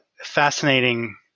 fascinating